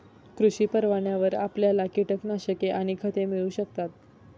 कृषी परवान्यावर आपल्याला कीटकनाशके आणि खते मिळू शकतात